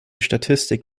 statistik